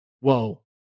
Whoa